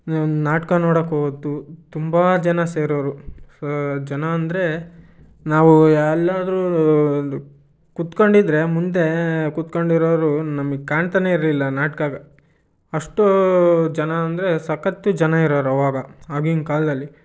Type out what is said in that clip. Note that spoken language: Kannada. ನಾಟಕ ನೋಡಕ್ಕೆ ಹೋಗೋದು ತುಂಬ ಜನ ಸೇರೋವ್ರು ಜನ ಅಂದರೆ ನಾವು ಎಲ್ಲಾದ್ರೂ ಒಂದು ಕುತ್ಕೊಂಡು ಇದ್ದರೆ ಮುಂದೆ ಕುತ್ಕಂಡು ಇರೋವ್ರು ನಮಗೆ ಕಾಣ್ತನೇ ಇರಲಿಲ್ಲ ನಾಟ್ಕ ಅಷ್ಟು ಜನ ಅಂದರೆ ಸಕತ್ತು ಜನ ಇರೋವ್ರು ಅವಾಗ ಆಗಿನ ಕಾಲದಲ್ಲಿ